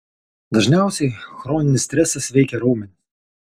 dažniausiai chroninis stresas veikia raumenis